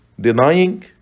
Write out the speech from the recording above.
Denying